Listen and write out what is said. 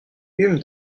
hume